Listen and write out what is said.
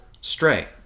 Stray